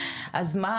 אז מה?